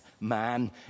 man